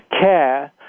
care